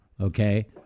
okay